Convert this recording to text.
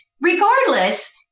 Regardless